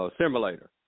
simulator